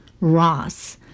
Ross